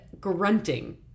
grunting